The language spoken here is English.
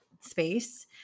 space